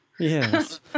Yes